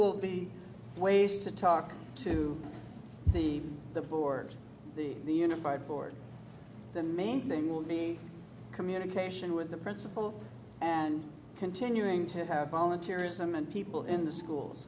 will be ways to talk to the the board the unified board the main thing will be communication with the principal and continuing to have volunteerism and people in the schools